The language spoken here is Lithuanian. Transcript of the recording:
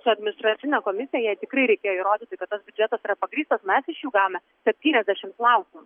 su administracine komisija jai tikrai reikėjo įrodyti kad tas biudžetas yra pagrįstas mes iš jų gavome septyniasdešim klausimų